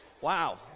Wow